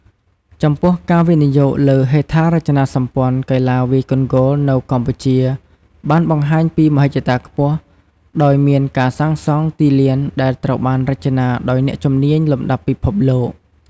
ចំពោះ ការវិនិយោគលើហេដ្ឋារចនាសម្ព័ន្ធកីឡាវាយកូនហ្គោលនៅកម្ពុជាបានបង្ហាញពីមហិច្ឆតាខ្ពស់ ដោយមានការសាងសង់ទីលានដែលត្រូវបានរចនាដោយអ្នកជំនាញលំដាប់ពិភពលោក